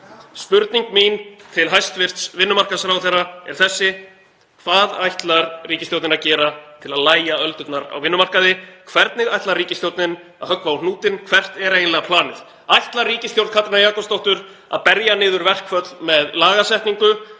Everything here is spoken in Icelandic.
Spurning mín til hæstv. vinnumarkaðsráðherra er þessi: Hvað ætlar ríkisstjórnin að gera til að lægja öldurnar á vinnumarkaði? Hvernig ætlar ríkisstjórnin að höggva á hnútinn? Hvert er eiginlega planið? Ætlar ríkisstjórn Katrínar Jakobsdóttur að berja niður verkföll með lagasetningu